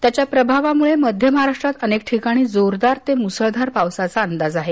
त्याच्या प्रभावामुळे मध्य महाराष्ट्रात अनेक ठिकाणी जोरदार ते मुसळधार पावसाचा अंदाज आहे